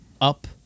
up